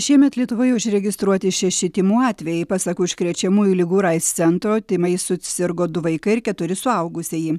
šiemet lietuvoje užregistruoti šeši tymų atvejai pasak užkrečiamųjų ligų ir aids centro tymais susirgo du vaikai ir keturi suaugusieji